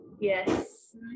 yes